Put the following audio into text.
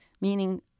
meaning